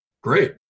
Great